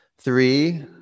three